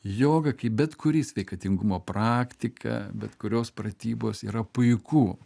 joga kaip bet kuri sveikatingumo praktika bet kurios pratybos yra puiku